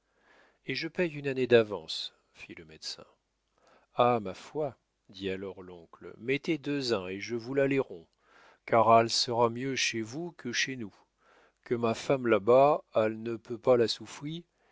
et je paye une année d'avance fit le médecin ah ma foi dit alors l'oncle mettez deux eins et je vous la lairrons car all sera mieux chez vous que chez nous que ma fâme la bat all ne peut pas la souffri